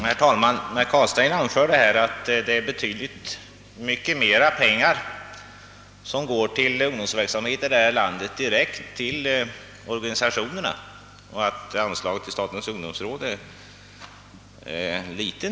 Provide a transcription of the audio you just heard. Herr talman! Herr Carlstein framhöll att betydligt mycket mera pengar för ungdomsverksamhet här i landet går direkt till ungdomsorganisationerna än till statens ungdomsråd.